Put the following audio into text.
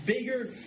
bigger